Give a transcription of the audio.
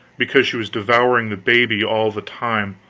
because she was devouring the baby all the time,